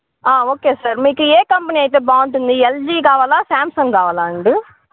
okay sir మీకు ఏ company అయితే బాగుంటుంది ఎల్జీ కావాలా శాంసంగ్ కావాలా అండి